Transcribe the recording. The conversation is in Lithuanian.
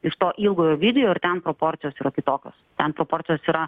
iš to ilgojo video ir ten proporcijos yra kitokios ten proporcijos yra